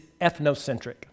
ethnocentric